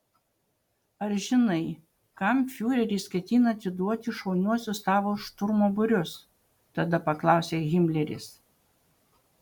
ar žinai kam fiureris ketina atiduoti šauniuosius tavo šturmo būrius tada paklausė himleris